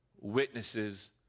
witnesses